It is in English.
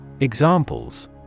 examples